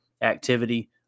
activity